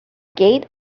gate